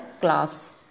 class